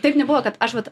taip nebuvo kad aš vat